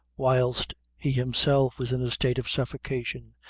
whilst he himself was in a state of suffocation,